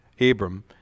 Abram